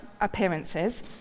appearances